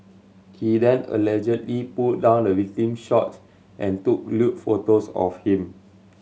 he then allegedly pulled down the victim's shorts and took lewd photos of him